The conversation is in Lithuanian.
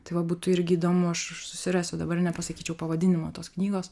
tai va būtų irgi įdomu aš susirasiu dabar nepasakyčiau pavadinimo tos knygos